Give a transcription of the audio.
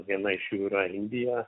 viena iš jų yra indija